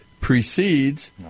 precedes